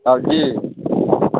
जी